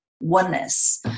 oneness